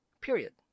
period